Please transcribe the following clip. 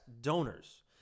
donors